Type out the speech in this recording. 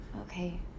Okay